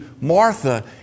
Martha